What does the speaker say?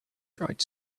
dried